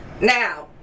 now